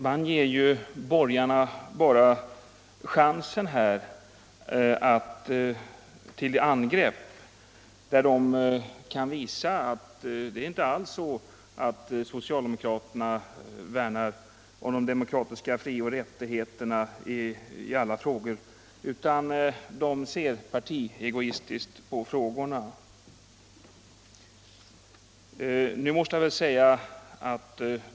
De ger ju bara borgarna chansen att visa att socialdemokraterna inte alls värnar om de demokratiska frioch rättigheterna i alla frågor utan ser partiegoistiskt på frågorna.